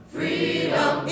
Freedom